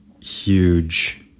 huge